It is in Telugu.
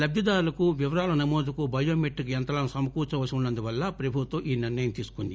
లబ్దిదారుల వివరాల నమోదుకు బయోమెట్రిక్ యంత్రాలను సమకూర్చుకోవాల్సి ఉన్న ందున ప్రభుత్వం ఈ నిర్ణయం తీసుకుంది